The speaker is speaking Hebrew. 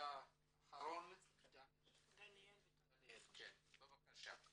אהרון דניאל בבקשה.